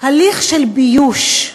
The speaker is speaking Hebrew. הליך של ביוש,